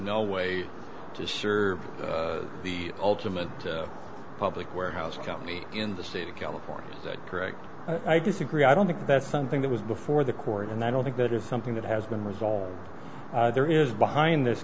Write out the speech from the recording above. no way to assure the ultimate public warehouse county in the state of california that correct i disagree i don't think that's something that was before the court and i don't think that is something that has been resolved there is behind this